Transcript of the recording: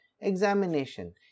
examination